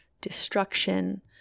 destruction